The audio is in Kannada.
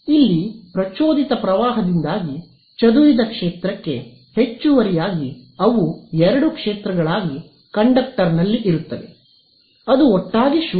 ಇಲ್ಲಿ ಪ್ರಚೋದಿತ ಪ್ರವಾಹದಿಂದಾಗಿ ಚದುರಿದ ಕ್ಷೇತ್ರಕ್ಕೆ ಹೆಚ್ಚುವರಿಯಾಗಿ ಅವು ಎರಡು ಕ್ಷೇತ್ರಗಳಾಗಿ ಕಂಡಕ್ಟರ್ನಲ್ಲಿ ಇರುತ್ತವೆ ಅದು ಒಟ್ಟಾಗಿ 0